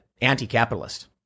anti-capitalist